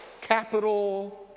Capital